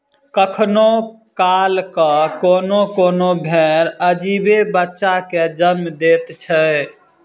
कखनो काल क कोनो कोनो भेंड़ अजीबे बच्चा के जन्म दैत छै